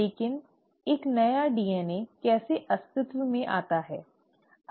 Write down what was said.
लेकिन एक नया DNA कैसे अस्तित्व में आता है